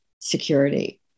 security